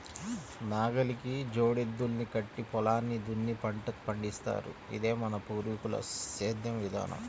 నాగలికి జోడెద్దుల్ని కట్టి పొలాన్ని దున్ని పంట పండిత్తారు, ఇదే మన పూర్వీకుల సేద్దెం విధానం